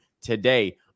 today